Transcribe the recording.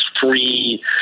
free